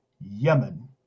Yemen